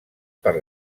per